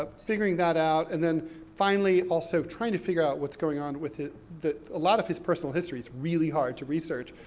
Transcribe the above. ah figuring that out and then finally, also trying to figure out what's going on with his, a lot of his personal history's really hard to research.